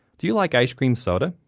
do you like ice cream soda?